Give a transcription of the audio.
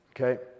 okay